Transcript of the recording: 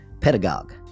Pedagogue